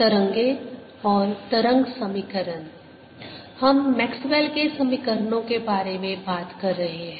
तरंगें और तरंग समीकरण हम मैक्सवेल के समीकरणों Maxwells equations के बारे में बात कर रहे हैं